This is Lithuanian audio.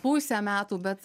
pusę metų bet